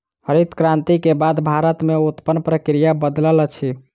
हरित क्रांति के बाद भारत में उत्पादन प्रक्रिया बदलल अछि